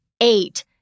eight